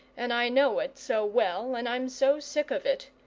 and i know it so well, and i'm so sick of it.